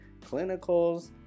clinicals